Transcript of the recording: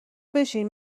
بشین